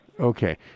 Okay